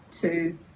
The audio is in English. two